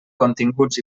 continguts